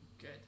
Good